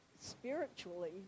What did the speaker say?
spiritually